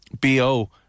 BO